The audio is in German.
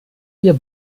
wir